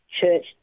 church